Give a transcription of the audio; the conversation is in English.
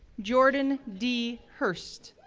jordan d. hurst,